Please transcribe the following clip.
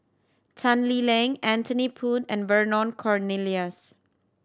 Tan Lee Leng Anthony Poon and Vernon Cornelius